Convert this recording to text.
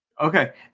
Okay